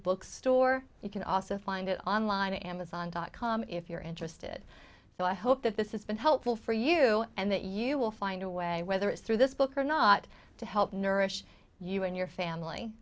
bookstore you can also find it online amazon dot com if you're interested so i hope that this has been helpful for you and that you will find a way whether it's through this book or not to help nourish you and your family